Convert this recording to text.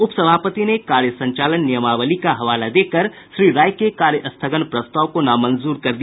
उप सभापति ने कार्य संचालन नियमावली का हवाला देकर श्री राय के कार्य स्थगन प्रस्ताव को नामंजूर कर दिया